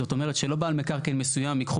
זאת אומרת שלא בעל מקרקעין מסוים ייקחו